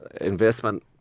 investment